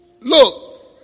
Look